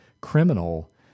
criminal